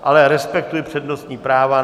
Ale respektuji přednostní práva.